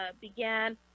began